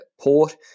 Port –